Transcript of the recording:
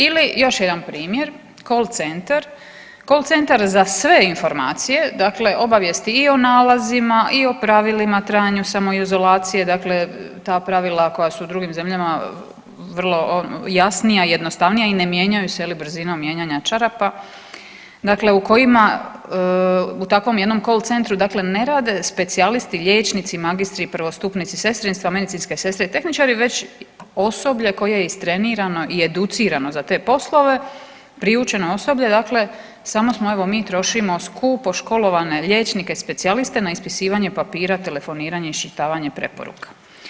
Ili još jedan primjer Call Centar, Call Centar za sve informacije, dakle obavijesti i o nalazima i o pravilima trajanju samoizolacije, dakle ta pravila koja su u drugim zemljama vrlo jasnija i jednostavnija i ne mijenjaju se je li brzinom mijenjanja čarapa dakle u kojima u takvom jednom call centru dakle ne rade specijalisti liječnici, magistri i prvostupnici sestrinstva, medicinske sestre i tehničari već osoblje koje je istrenirano i educirano za te poslove, priučeno osoblje dakle samo smo evo mi trošimo skupo školovane liječnike specijaliste na ispisivanje papira, telefoniranje i iščitavanje preporuka.